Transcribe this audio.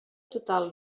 total